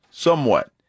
Somewhat